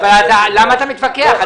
למה אתה מתווכח?